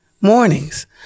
mornings